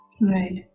Right